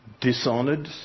dishonoured